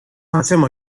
hacemos